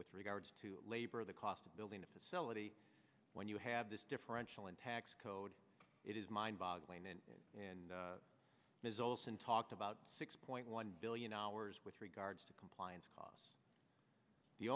with regards to labor the cost of building a facility when you have this differential in tax code it is mind boggling and and ms olson talked about six point one billion hours with regards to compliance costs the